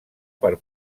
per